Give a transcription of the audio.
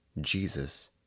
Jesus